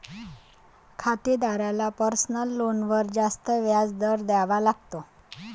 खातेदाराला पर्सनल लोनवर जास्त व्याज दर द्यावा लागतो